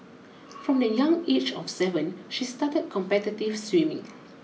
from the young age of seven she started competitive swimming